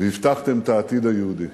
והבטחתם את העתיד היהודי.